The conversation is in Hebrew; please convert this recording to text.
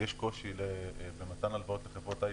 יש קושי במתן הלוואות לחברות הייטק.